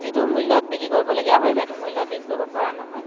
যিটো মূল্যত বিক্ৰী কৰিবলগীয়া হয় সেইটো মূল্যত বিক্ৰী কৰিব পৰা নহয়